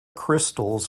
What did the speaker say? crystals